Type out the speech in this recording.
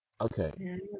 Okay